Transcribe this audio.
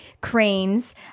cranes